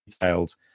detailed